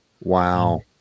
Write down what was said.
Wow